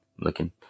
looking